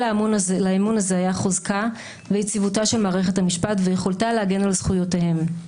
לאמון הזה היה חוזקה ויציבותה של מערכת המשפט ויכולתה להגן על זכויותיהם.